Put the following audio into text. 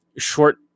short